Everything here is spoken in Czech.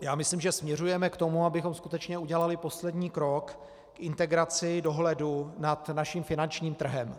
Já myslím, že směřujeme k tomu, abychom skutečně udělali poslední krok k integraci dohledu nad naším finančním trhem.